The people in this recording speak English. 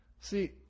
See